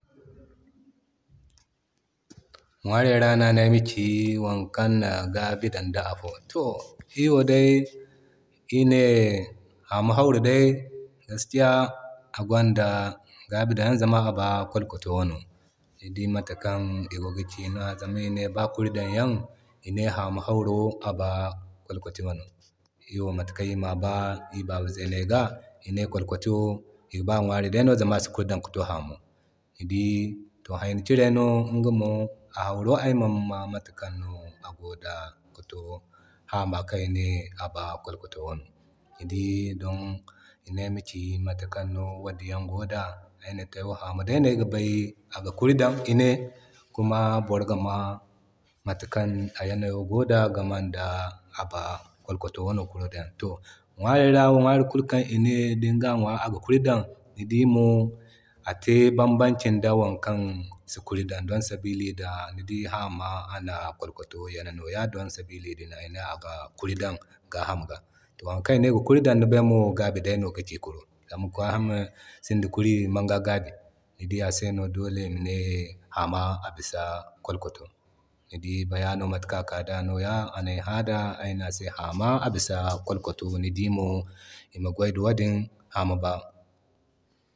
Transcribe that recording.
Ŋwaro ra no a ne ayma ci wokaŋ na gaabi dan ki ba afo. To iri wo day iri ne hamo hauru day aba gaskiya agwanda gabi dan yan zama a ba kwalkwato wo no. Ni dii mata kan igo gi ci no zama i ne ba kurindan yan one haamo hauro aba kwalkoto wono. Iri wo mata kan iri maa iri baba zeney ga ine kwalkwato wo iga ba a ŋwari day no zama asi kuri dan ki to haamo. Ni dii to hayni kira mo a hauro ay man bay matakan no a gode ki to haama kan ine aba kwalkwato wo no. Ni dii don ine ayma ci mata kan no wodiyaŋ yanayo go da ay ne to ay wo haamo day no aga bay iga ne aga kuri dan. Ine kuma boro ga ma mata kaŋ a yanayo go da game da a ba kwalkwato wo no. To ŋwarey ra wo ŋwari kul kan ine aga kuri dan ni dii mo ate banbancin da wokan si kuri dan don sabili da ni dii haama a na kwalkwato Yana no ya don sabili da ine aga kuri dan gahama ra. To har kan ine aga kuri dan ni bay mo gabi day ka ci kuro. Zama gahamo si da kuri man ga gaabo. Ni dii ase no dole ima ne haama bisa kwalkwato. Ni dii bayano matakan a kada nwa, anay haa da ay ne ase haama bisa kwalkwato ni dimo ima gway da wadin ama ba.